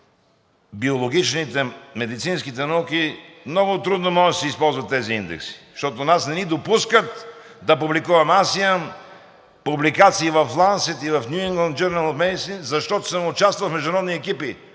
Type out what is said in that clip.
биологичните, медицинските науки, много трудно може да се използват тези индекси, защото нас не ни допускат да публикуваме. Аз имам публикации в „Лансет“ и в „Ню Ингланд джърнъл ъв медисин“, защото съм участвал в международни екипи